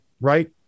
right